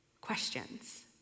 Questions